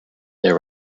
there